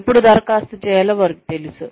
ఎప్పుడు దరఖాస్తు చేయాలో వారికి తెలుసు